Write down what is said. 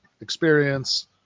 experience